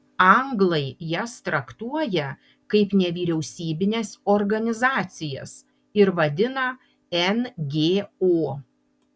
anglai jas traktuoja kaip nevyriausybines organizacijas ir vadina ngo